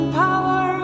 power